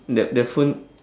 the the phone